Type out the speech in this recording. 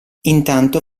intanto